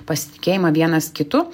pasitikėjimą vienas kitu